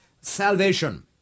salvation